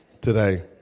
today